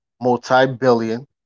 multi-billion